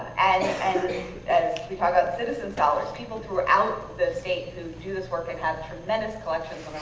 and and, as we talked about, citizen scholars, people throughout the state who do this work and have tremendous collections